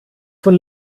von